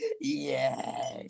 Yes